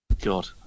god